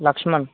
Laxman